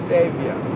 Savior